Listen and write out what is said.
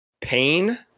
pain